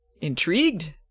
intrigued